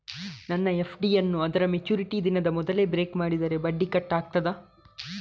ನನ್ನ ಎಫ್.ಡಿ ಯನ್ನೂ ಅದರ ಮೆಚುರಿಟಿ ದಿನದ ಮೊದಲೇ ಬ್ರೇಕ್ ಮಾಡಿದರೆ ಬಡ್ಡಿ ಕಟ್ ಆಗ್ತದಾ?